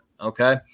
okay